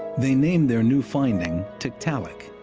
they named their new finding tiktaalik,